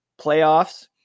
playoffs